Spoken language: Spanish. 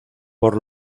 por